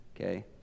okay